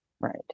Right